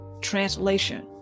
Translation